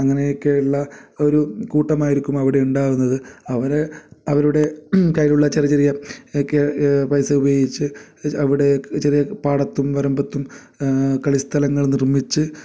അങ്ങനെയൊക്കെ ഉള്ള ഒരു കൂട്ടമായിരിക്കും അവിടെ ഉണ്ടാകുന്നത് അവരെ അവരുടെ കയ്യിലുള്ള ചെറി ചെറിയെ എക്കെ പൈസ ഉപയോഗിച്ച് അവിടെ ചെറിയ പാടത്തും വരമ്പത്തും കളി സ്ഥലങ്ങൾ നിർമ്മിച്ച്